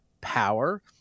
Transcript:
power